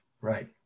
Right